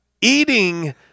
Eating